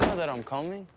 that i'm coming?